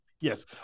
Yes